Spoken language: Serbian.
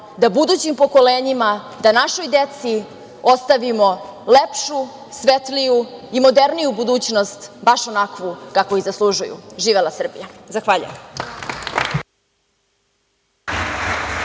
da budućim pokolenjima, da našoj deci ostavimo lepšu, svetliju i moderniju budućnost, baš onakvu kakvu i zaslužuju. Živela Srbija. Zahvaljujem.